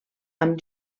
amb